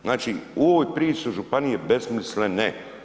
Znači u ovoj priči su županije besmislene.